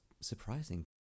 surprising